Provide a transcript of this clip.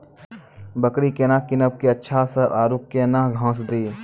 बकरी केना कीनब केअचछ छ औरू के न घास दी?